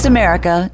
America